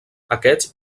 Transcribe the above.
aquests